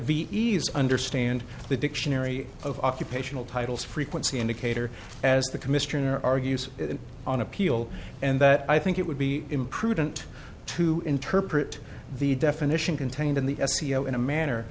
ves understand the dictionary of occupational titles frequency indicator as the commissioner argues on appeal and that i think it would be imprudent to interpret the definition contained in the s c l in a manner